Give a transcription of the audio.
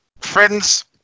friends